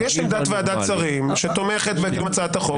יש עמדת ועדת שרים שתומכת בהצעת החוק.